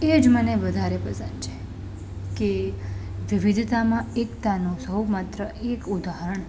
એ જ મને વધારે પસંદ છે કે વિવિધતામાં એકતાનો સૌ માત્ર એક ઉદાહરણ